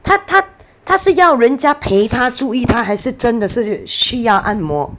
她她她是要人家陪她注意她还是真的是需要按摩